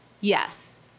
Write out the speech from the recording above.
Yes